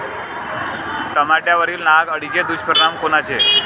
टमाट्यावरील नाग अळीचे दुष्परिणाम कोनचे?